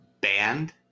band